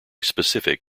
specific